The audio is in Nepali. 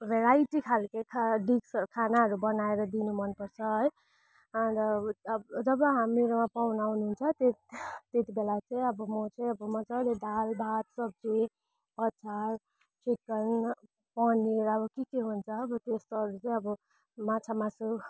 भेराइटी खालको खा डिस खानाहरू बनाएर दिनु मनपर्छ है अन्त जब हामीहरूमा पाहुना आउनुहुन्छ त्यत् त्यतिबेला चाहिँ अब म चाहिँ अब मजाले दाल भात सब्जी अचार चिकन पनिर अब के के हुन्छ अब त्यस्तोहरू चाहिँ अब माछा मासु